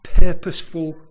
purposeful